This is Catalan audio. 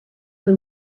per